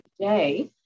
today